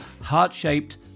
heart-shaped